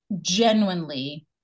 genuinely